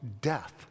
death